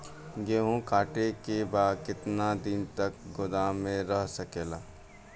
गेहूँ कांटे के बाद कितना दिन तक गोदाम में रह सकेला?